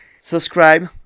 subscribe